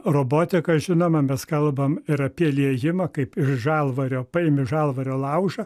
robotiką žinoma mes kalbam ir apie liejimą kaip iš žalvario paimi žalvario laužą